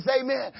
amen